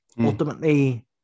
ultimately